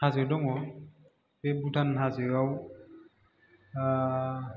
हाजो दङ बे भुटान हाजोआव